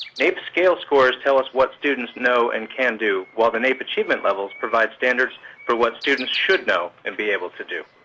naep scale scores tells what students know and can do, while the naep achievement levels provide standards for what students should know and be able to do.